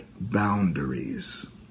boundaries